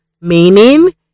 Meaning